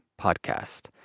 podcast